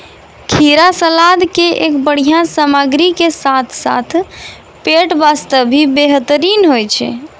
खीरा सलाद के एक बढ़िया सामग्री के साथॅ साथॅ पेट बास्तॅ भी बेहतरीन होय छै